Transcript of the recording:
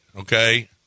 Okay